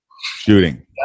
Shooting